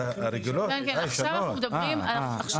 אנחנו מדברים על התעודות הרגילות.